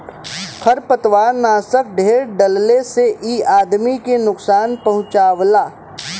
खरपतवारनाशक ढेर डलले से इ आदमी के नुकसान पहुँचावला